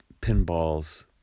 Pinballs